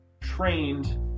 trained